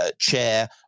chair